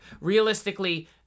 realistically